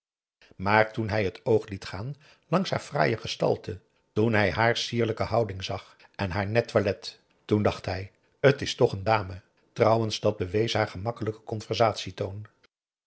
maar toen hij het oog liet gaan langs haar fraaie gestalte toen hij haar sierlijke houding zag en haar net toilet toen dacht hij t is toch een dame trouwens dat bewees haar gemakkelijke